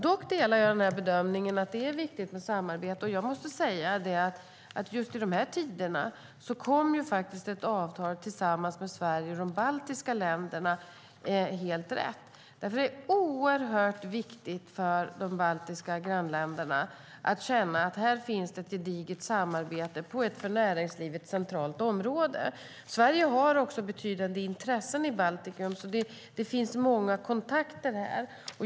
Dock delar jag bedömningen att det är viktigt med samarbete. Jag måste säga att just i dessa tider kommer ett avtal mellan Sverige och de baltiska länderna helt rätt. Det är oerhört viktigt för de baltiska grannländerna att känna att här finns ett gediget samarbete på ett för näringslivet centralt område. Sverige har också betydande intressen i Baltikum, så det finns många kontakter.